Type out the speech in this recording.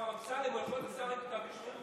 השר אמסלם, הוא יכול להיות שר עם כתב אישום?